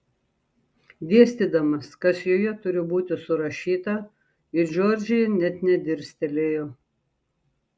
dėstydamas kas joje turi būti surašyta į džordžiją net nedirstelėjo